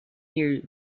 near